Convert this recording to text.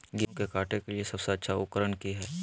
गेहूं के काटे के लिए सबसे अच्छा उकरन की है?